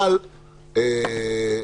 אבל עוד